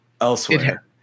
elsewhere